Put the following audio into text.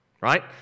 Right